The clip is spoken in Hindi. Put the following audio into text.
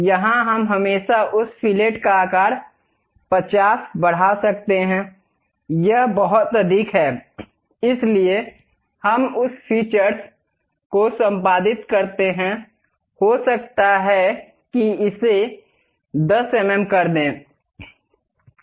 यहां हम हमेशा उस फिलेट का आकार 50 बढ़ा सकते हैं यह बहुत अधिक है इसलिए हम उस फीचर्स को संपादित करते हैं हो सकता है कि इसे 10 एमएम कर दें